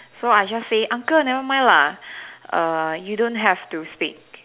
so I just say uncle never mind lah err you don't have to speak